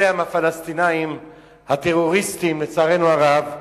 אלה הם הפלסטינים הטרוריסטים, לצערנו הרב,